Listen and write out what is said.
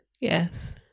Yes